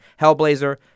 Hellblazer